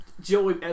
Joey